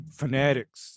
fanatics